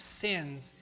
sins